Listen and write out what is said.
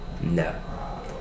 No